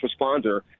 responder